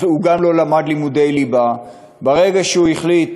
גם הוא לא למד לימודי ליבה, וברגע שהוא החליט